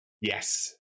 yes